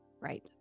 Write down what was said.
right